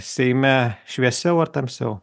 seime šviesiau ar tamsiau